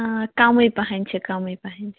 آ کمٕے پہن چھِ کمٕے پہن چھِ